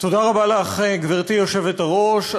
גברתי היושבת-ראש,